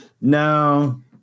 no